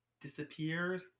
disappeared